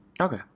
okay